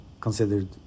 considered